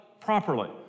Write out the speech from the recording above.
properly